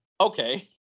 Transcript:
okay